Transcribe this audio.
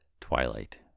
Twilight